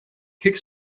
kick